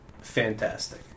fantastic